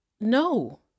no